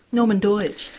norman doidge.